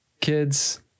kids